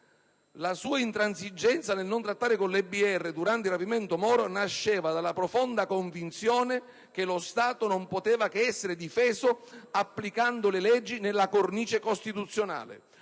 La sua intransigenza nel non trattare con le BR durante il rapimento di Moro, nasceva dalla sua profonda convinzione che lo Stato non poteva che essere difeso applicando le leggi, nella cornice costituzionale.